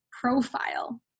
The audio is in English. profile